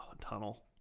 tunnel